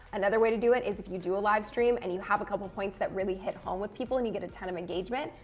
another way to do it is if you do a livestream and you have a couple of points that really hit home with people, and you get a ton of engagement.